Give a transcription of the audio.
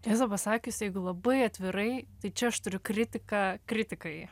tiesą pasakius jeigu labai atvirai tai čia aš turiu kritiką kritikai